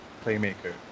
playmaker